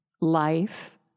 life